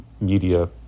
media